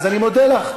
אז אני מודה לך.